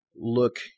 look